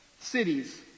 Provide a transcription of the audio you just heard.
cities